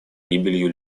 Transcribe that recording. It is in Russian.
гибелью